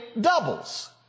doubles